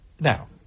Now